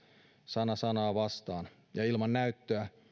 sana sanaa vastaan ja ilman näyttöä